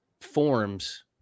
forms